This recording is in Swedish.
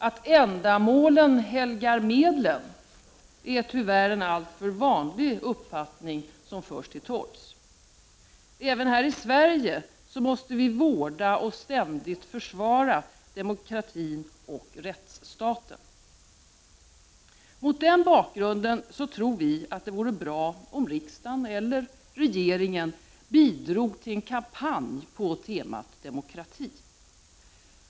Att ändamålen helgar medlen är tyvärr en alltför vanlig uppfattning som förs till torgs. Även här i Sverige måste vi vårda och ständigt försvara demokratin och rättsstaten. Mot den bakgrunden tror vi att det vore bra om riksdagen eller regeringen bidrog till en kampanj på temat demokrati.